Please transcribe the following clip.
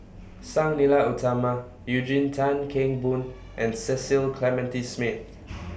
Sang Nila Utama Eugene Tan Kheng Boon and Cecil Clementi Smith